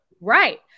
right